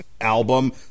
album